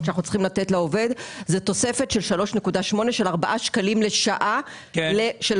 שאנחנו צריכים לתת לעובד זו תוספת של 4 ₪ בשעה לעובד.